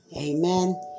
Amen